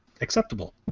acceptable